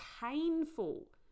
painful